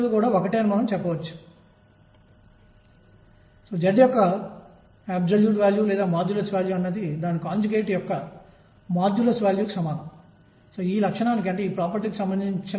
అందువల్ల mvr అనేదిnh2కు సమానంగా ఉంటుంది దీనిని నేను nℏ అని వ్రాస్తాను మరియు ఇది ఖచ్చితంగా బోర్ నిబంధన